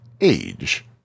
Age